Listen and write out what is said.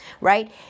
right